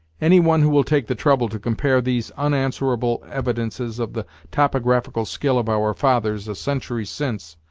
any one who will take the trouble to compare these unanswerable evidences of the topographical skill of our fathers a century since,